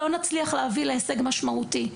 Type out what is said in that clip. לא נצליח להביא להישג משמעותי.